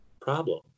problem